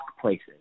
places